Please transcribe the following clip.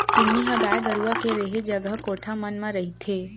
किन्नी ह गाय गरुवा के रेहे जगा कोठा मन म रहिथे